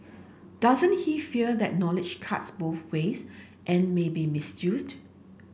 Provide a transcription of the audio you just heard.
doesn't he fear that knowledge cuts both ways and may be misused